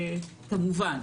למעשה,